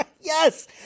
Yes